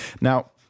Now